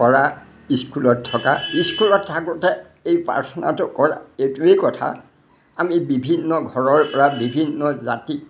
কৰা স্কুলত থকা স্কুলত থাকোঁতে এই প্ৰাৰ্থনাটো কৰা এইটোৱেই কথা আমি বিভিন্ন ঘৰৰ পৰা বিভিন্ন জাতি